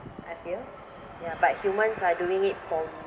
I feel ya but humans are doing it for